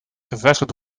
gevestigd